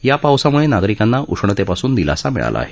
या पावसाम्ळे नागरिकांना उष्णतेपासून दिलासा मिळाला आहे